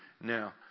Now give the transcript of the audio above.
Now